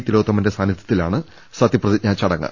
തി ലോത്തമന്റെ സാന്നിധൃത്തിലാണ് സത്യപ്രതിജ്ഞാ ചടങ്ങ്